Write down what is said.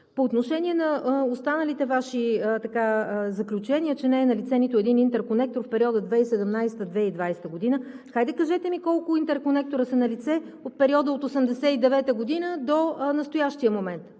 По отношение на останалите Ваши заключения – че не е налице нито един интерконектор в периода 2017 – 2020 г. Хайде кажете ми колко интерконектора са налице в периода от 1989 г. до настоящия момент?